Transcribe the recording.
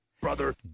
Brother